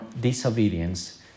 disobedience